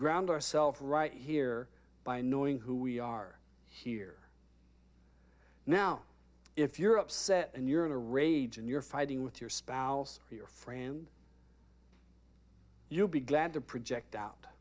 ground ourselves right here by knowing who we are here now if you're upset and you're in a rage and you're fighting with your spouse or your friend you'll be glad to project out